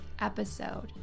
episode